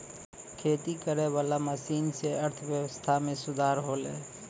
खेती करै वाला मशीन से अर्थव्यबस्था मे सुधार होलै